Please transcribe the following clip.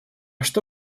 что